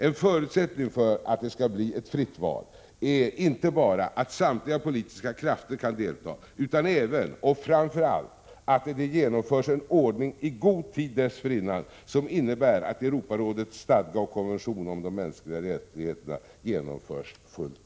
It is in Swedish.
En förutsättning för att det skall bli ett fritt val är inte bara att samtliga politiska krafter kan delta utan även och framför allt att det genomförs en ordning i god tid dessförinnan som innebär att Europarådets stadga och konventionen om de mänskliga rättigheterna genomförs fullt ut.